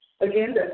Again